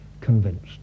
convinced